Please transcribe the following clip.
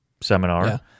seminar